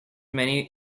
many